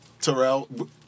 Terrell